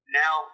now